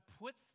puts